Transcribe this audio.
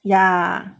yeah